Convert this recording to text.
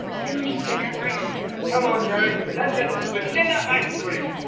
you need to get that miner's funeral! come on, jerry, let's get some vanilla ice cream!